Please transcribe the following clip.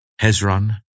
Hezron